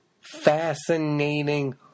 fascinating